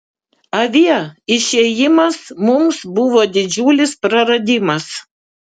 avie išėjimas mums buvo didžiulis praradimas